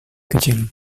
kecil